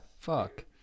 fuck